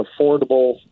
affordable